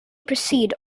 precede